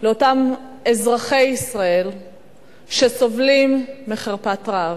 לאותם אזרחי ישראל שסובלים מחרפת רעב,